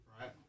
right